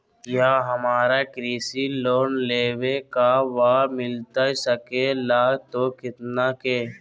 क्या हमारा कृषि लोन लेवे का बा मिलता सके ला तो कितना के?